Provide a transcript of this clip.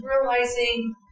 realizing